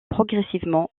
progressivement